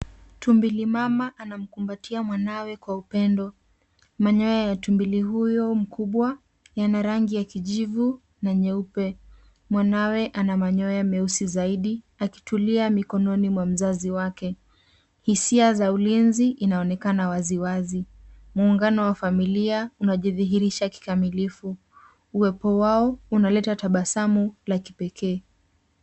Tumbili mama anamkumbatia mwanawe kwa upendo. Manyoya ya tumbili huyo mkubwa yana rangi ya kijivu na nyeupe. Mwanawe ana manyoya meusi zaidi, akitulia mikononi mwa mzazi wake. Hisia za ulinzi inaonekana waziwazi. Muungano wa familia unajidhirisha kikamilifu, uwepo wao unaleta tabasamu la kipekee.